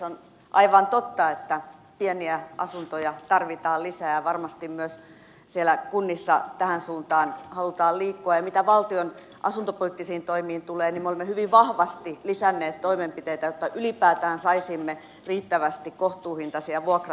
on aivan totta että pieniä asuntoja tarvitaan lisää ja varmasti myös siellä kunnissa tähän suuntaan halutaan liikkua ja mitä valtion asuntopoliittisiin toimiin tulee niin me olemme hyvin vahvasti lisänneet toimenpiteitä jotta ylipäätään saisimme riittävästi kohtuuhintaisia vuokra asuntoja